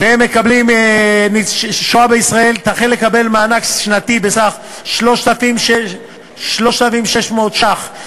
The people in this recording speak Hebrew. והיא תחל לקבל מענק שנתי בסך 3,600 ש"ח.